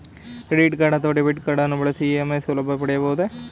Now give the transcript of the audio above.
Credit card ಅಥವಾ debit card ಬಳಸಿ EMI ಸೌಲಭ್ಯ ಪಡೆಯಬಹುದೇ?